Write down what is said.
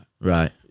Right